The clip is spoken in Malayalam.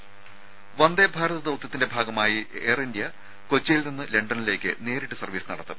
രുമ വന്ദേഭാരത് ദൌത്യത്തിന്റെ ഭാഗമായി എയർ ഇന്ത്യ കൊച്ചിയിൽ നിന്നും ലണ്ടനിലേക്ക് നേരിട്ട് സർവ്വീസ് നടത്തും